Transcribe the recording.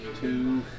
Two